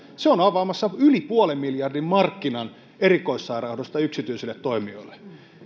se on avaamassa yli puolen miljardin markkinan erikoissairaanhoidosta yksityisille toimijoille